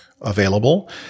available